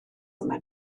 yma